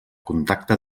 contacte